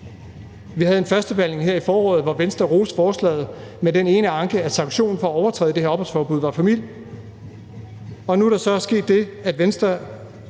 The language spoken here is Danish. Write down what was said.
Vi havde en førstebehandling her i foråret, hvor Venstre roste forslaget med den ene anke, at sanktionen for at overtræde det her opholdsforbud var for mild, og nu er der så sket det, at Venstre